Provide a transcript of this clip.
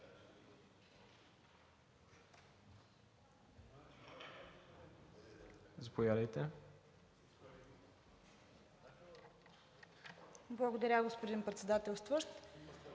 Благодаря, господин Председателстващ.